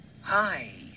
hi